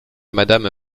madame